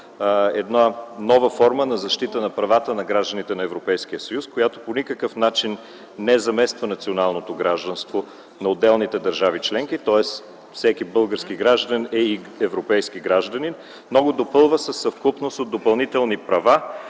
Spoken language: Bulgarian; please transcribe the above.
– нова форма на защита на правата на гражданите от Европейския съюз, която по никакъв начин не замества националното гражданство на отделните държави членки. Тоест всеки български гражданин е и европейски гражданин, но го допълва със съвкупност от допълнителни права,